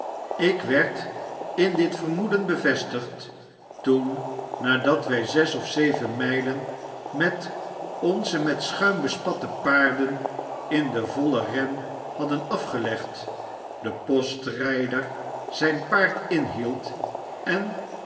ik werd in dit vermoeden bevastigd toen nadat wy zes of zeven mylen met onze met schuim bespatte paarden in vollen ren hadden afgelegd de postrper zp paard inhield en